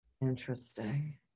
Interesting